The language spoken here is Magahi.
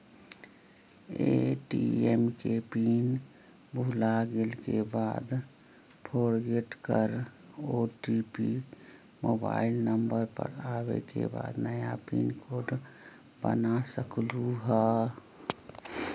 ए.टी.एम के पिन भुलागेल के बाद फोरगेट कर ओ.टी.पी मोबाइल नंबर पर आवे के बाद नया पिन कोड बना सकलहु ह?